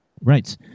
Right